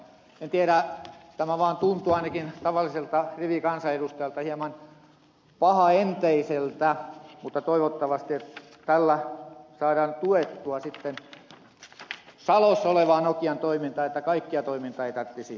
en tiedä tämä vaan tuntuu ainakin tavallisesta rivikansanedustajasta hieman pahaenteiseltä mutta toivottavasti tällä saadaan tuettua sitten salossa olevaa nokian toimintaa että kaikkia toimintoja ei tarvitsisi lopettaa